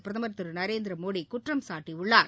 பிரதமர் திரு நரேந்திரமோடி குற்றம்சாட்டியுள்ளார்